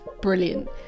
brilliant